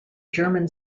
german